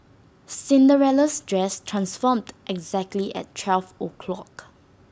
Cinderella's dress transformed exactly at twelve o' clock